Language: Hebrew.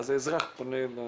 ואז האזרח פונה.